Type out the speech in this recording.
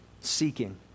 seeking